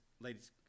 Ladies